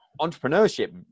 entrepreneurship